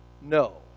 No